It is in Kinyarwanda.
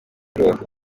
rubavu